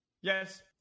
yes